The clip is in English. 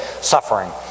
suffering